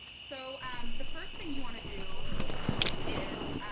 so the first thing you want to do is,